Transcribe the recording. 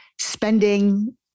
spending